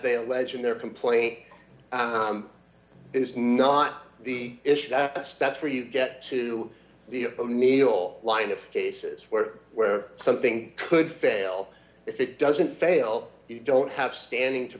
they allege in their complaint is not the issue that's that's where you get to the the needle line of cases where where something could fail if it doesn't fail you don't have standing to